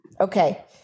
Okay